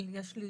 יש לי